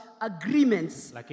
agreements